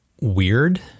weird